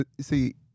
see